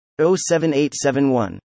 07871